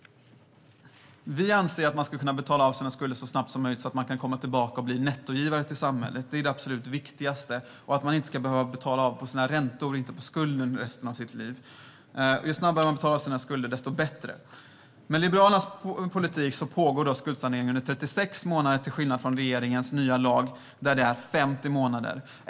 Vi anser att man ska kunna betala av sina skulder så snabbt som möjligt så att man kan komma tillbaka och bli nettogivare till samhället. Det är det absolut viktigaste. Man ska inte behöva betala av på sina räntor i stället för skulden i resten av sitt liv - ju snabbare man betalar av sina skulder desto bättre. Med Liberalernas politik pågår skuldsaneringen i 36 månader, till skillnad från med regeringens nya lag där det är 50 månader.